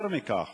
יותר מכך,